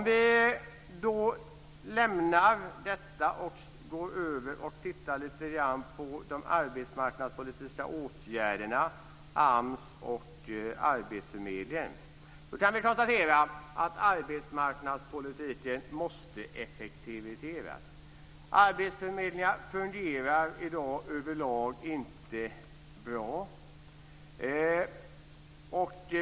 Vi lämnar detta och tittar lite grann på de arbetsmarknadspolitiska åtgärderna, AMS och arbetsförmedlingen. Vi kan konstatera att arbetsmarknadspolitiken måste effektiviseras. Arbetsförmedlingarna fungerar i dag överlag inte bra.